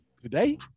today